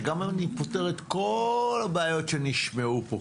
שגם אם אני פותר את כל הבעיות שנשמעו פה,